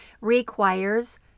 requires